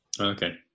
Okay